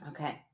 Okay